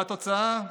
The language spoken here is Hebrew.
והתוצאה: